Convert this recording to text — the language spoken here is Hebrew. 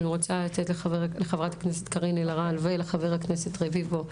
אני רוצה לתת לחברת הכנסת קארין אלהרר וחבר הכנסת רביבו,